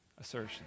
assertion